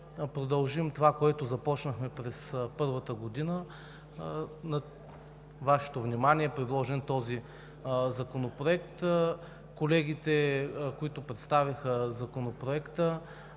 продължим това, което започнахме през първата година. На Вашето внимание е предложен този законопроект. Колегите, които представиха Законопроекта